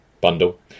bundle